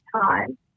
time